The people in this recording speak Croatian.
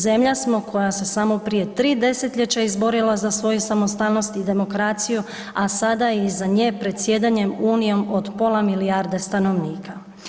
Zemlja smo koja se samo prije tri desetljeća izborila za svoju samostalnost i demokraciju, a sada je iza nje predsjedanje Unijom od pola milijarde stanovnika.